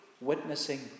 Witnessing